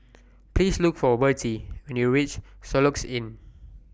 Please Look For Vertie when YOU REACH Soluxe Inn